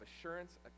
assurance